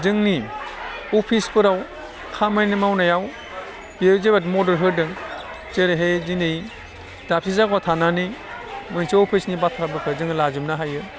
जोंनि अफिसफोराव खामानि मावनायाव बेयो जोबोद मदद होदों जेरैहाय दिनै दाबसे जागायाव थानानै मोनसे अफिसनि बाथ्राफोरखौ जोङो लाजोबनो हायो